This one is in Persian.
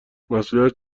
مسئولیت